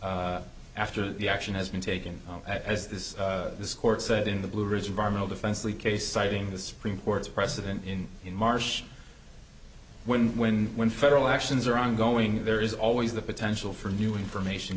asked after the action has been taken as this this court said in the blue ridge environmental defense lee case citing the supreme court's precedent in in march when when when federal actions are ongoing there is always the potential for new information